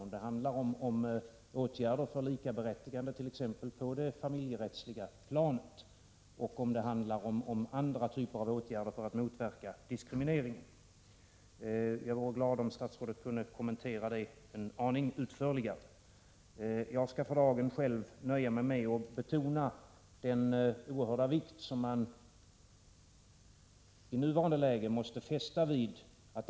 Rör det sig om åtgärder när det gäller likaberättigande t.ex. på det familjerättsliga planet eller rör det sig om andra typer av åtgärder som syftar till att motverka diskriminering? Jag skulle vara glad om statsrådet kunde kommentera detta en aning utförligare. Själv nöjer jag mig med att för dagen endast betona den oerhörda vikt som man i nuvarande läge måste fästa vid kommande proposition.